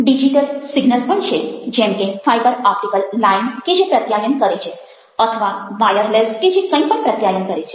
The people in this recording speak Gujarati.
ડિજિટલ સિગ્નલ પણ છે જેમ કે ફાઇબર ઓપ્ટિકલ લાઈન કે જે પ્રત્યાયન કરે છે અથવા વાયરલેસ કે જે કંઈ પણ પ્રત્યાયન કરે છે